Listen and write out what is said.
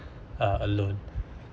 uh alone